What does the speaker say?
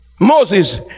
moses